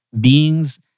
beings